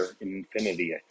Infinity